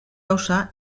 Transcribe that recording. gauza